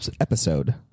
episode